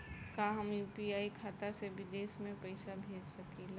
का हम यू.पी.आई खाता से विदेश में पइसा भेज सकिला?